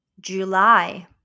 July